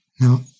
Now